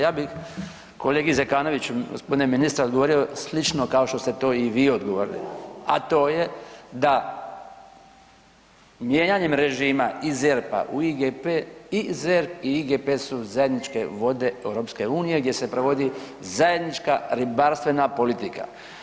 Ja bi kolegi Zekanoviću g. ministre odgovorio slično kao što ste to i vi odgovorili, a to je da mijenjanjem režima i ZERP-a u IGP i ZERP i IGP su zajedničke vode EU gdje se provodi zajednička ribarstvena politika.